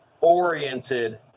oriented